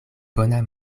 bona